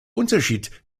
unterschied